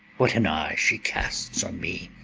what an eye she casts on me!